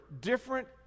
different